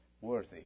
Worthy